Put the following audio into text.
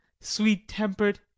sweet-tempered